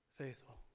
faithful